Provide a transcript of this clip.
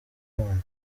gakondo